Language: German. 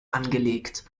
angelegt